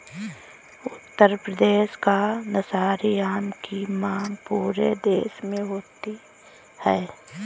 उत्तर प्रदेश का दशहरी आम की मांग पूरे देश में होती है